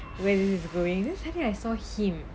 where this is going then suddenly I saw him